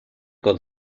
con